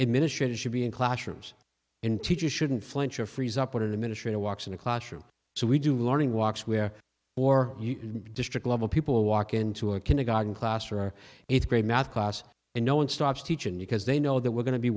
administrators should be in classrooms and teachers shouldn't flinch or freeze up in the ministry of walks in the classroom so we do learning walks where or district level people walk into a kindergarten class or it's grade math class and no one stops teaching because they know that we're going to be